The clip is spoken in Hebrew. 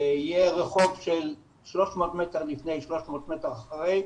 יהיה רחוב של 300 מ' לפני, 300 מ' אחרי,